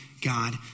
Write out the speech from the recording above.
God